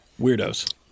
Weirdos